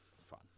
fun